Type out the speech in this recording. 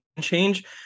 change